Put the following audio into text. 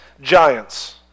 giants